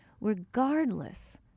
regardless